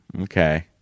okay